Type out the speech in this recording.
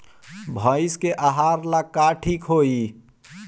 भइस के आहार ला का ठिक होई?